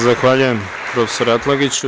Zahvaljujem, profesore Atlagiću.